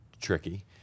tricky